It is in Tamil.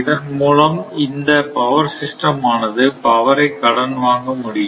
இதன்மூலம் இந்த பவர் சிஸ்டம் ஆனது பவரை கடன் வாங்க முடியும்